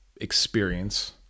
experience